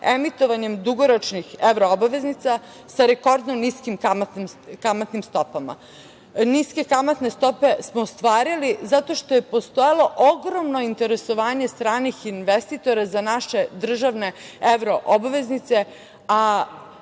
emitovanjem dugoročnih evroobvrznica sa rekordno niskim kamatnim stopama. Niske kamatne stope smo ostvarili zato što je postojalo ogromno interesovanje stranih investitora za naše državne evroobveznice,